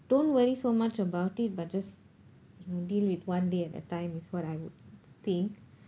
don't worry so much about it but just you know deal with one day at a time is what I would think